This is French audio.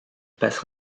passe